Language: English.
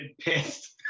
pissed